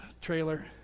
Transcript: trailer